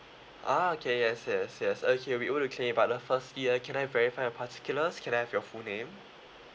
ah okay yes yes yes okay we'll able to claim it but uh firstly can I verify your particulars can I have your full name